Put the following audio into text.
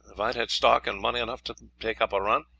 if i had had stock, and money enough to take up a run,